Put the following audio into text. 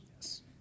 Yes